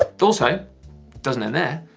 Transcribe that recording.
ah also, doesn't end there.